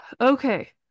Okay